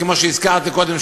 כמו שהזכרתי קודם,